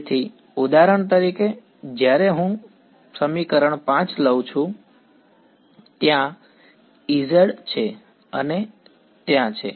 તેથી ઉદાહરણ તરીકે જ્યારે હું સમીકરણ 5 લઉં છું ત્યાં Ez છે અને ત્યાં છે